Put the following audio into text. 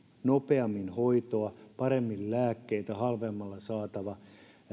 nopeammin hoitoa paremmin lääkkeitä halvemmalla saatava